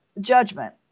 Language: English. judgment